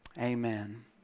amen